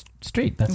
Street